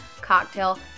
cocktail